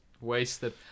wasted